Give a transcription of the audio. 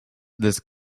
this